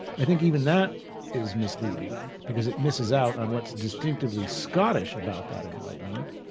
i think even that is misleading, because it misses out on what's distinctively scottish about that enlightenment,